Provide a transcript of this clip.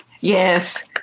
yes